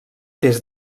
des